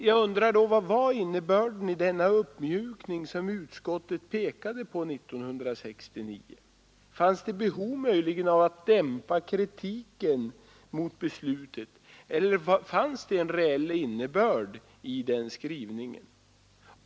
Jag undrar då vad som var innebörden i den speciella uppmjukning som utskottet pekade på 1969. Fanns det möjligen behov av att dämpa kritiken mot beslutet eller fanns det en reell innebörd i denna skrivning?